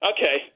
Okay